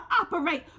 operate